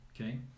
Okay